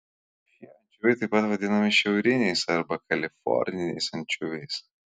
šie ančiuviai taip pat vadinami šiauriniais arba kaliforniniais ančiuviais